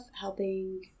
helping